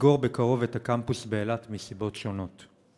לסגור בקרוב את הקמפוס באילת מסיבות שונות.